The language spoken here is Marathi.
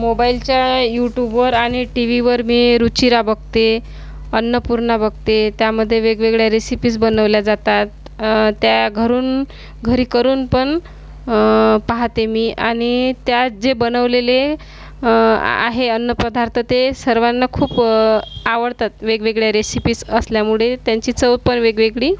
मोबाईलच्या युटुबवर आणि टीव्हीवर मी रुचिरा बघते अन्नपूर्णा बघते त्यामध्ये वेगवेगळ्या रेसिपीज बनवल्या जातात त्या घरून घरी करून पण पाहते मी आणि त्यात जे बनवलेले आहे अन्नपदार्थ ते सर्वांना खूप आवडतात वेगवेगळ्या रेसिपीज असल्यामुळे त्यांची चव पण वेगवेगळी